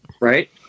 right